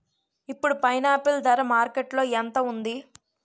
ఇప్పుడు పైనాపిల్ ధర మార్కెట్లో ఎంత ఉంది?